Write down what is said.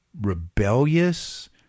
rebellious